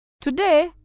Today